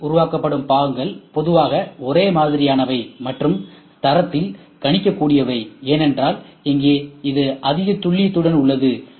C யில் உருவாக்கப்படும் பாகங்கள் பொதுவாக ஒரே மாதிரியானவை மற்றும் தரத்தில் கணிக்கக்கூடியவை ஏனென்றால் இங்கே இது அதிக துல்லியத்துடன் உள்ளது